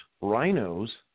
rhinos